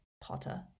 Potter